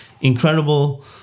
incredible